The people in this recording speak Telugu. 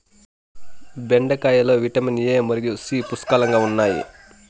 బెండకాయలో విటమిన్ ఎ మరియు సి పుష్కలంగా ఉన్నాయి